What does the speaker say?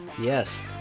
Yes